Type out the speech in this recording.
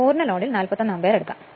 പൂർണ്ണ ലോഡിൽ 41 ആമ്പിയർ എടുക്കും